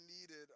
needed